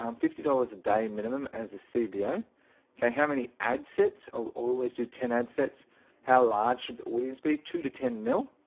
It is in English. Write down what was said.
um fifty dollars a day minimum as the cbo okay, how many ad sets always do ten ad sets how large should the audience be two to ten mil?